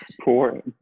poor